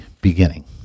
beginning